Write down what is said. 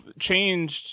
changed